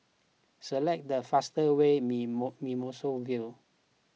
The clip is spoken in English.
select the fastest way to Mimosa View